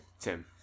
Tim